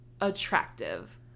attractive